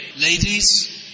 ladies